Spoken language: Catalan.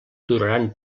duraran